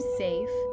safe